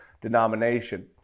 denomination